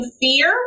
fear